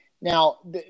Now